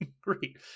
Great